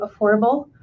affordable